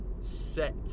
set